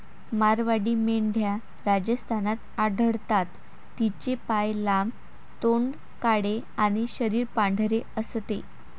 मारवाडी मेंढ्या राजस्थानात आढळतात, तिचे पाय लांब, तोंड काळे आणि शरीर पांढरे असते